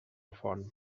font